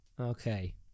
Okay